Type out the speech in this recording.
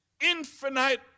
infinite